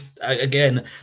Again